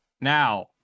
Now